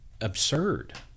absurd